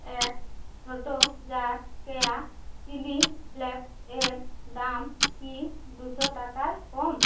এক ছোটো jar Keya chilli ফ্লাক্সের দাম কি দুশো টাকার কম